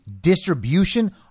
distribution